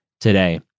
today